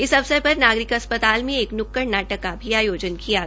इस अवसर पर नागरिक अस्पताल में एक न्क्कड़ नाटक का भी आयोजन किया गया